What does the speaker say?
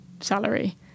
salary